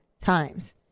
times